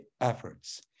efforts